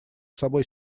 собой